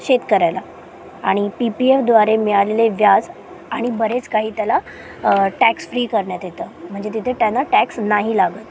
शेतकऱ्याला आणि P P एफद्वारे मिळालेले व्याज आणि बरेच काही त्याला टॅक्स फ्री करण्यात येतं म्हणजे तिथं त्याना टॅक्स नाही लागत